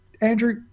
Andrew